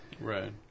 right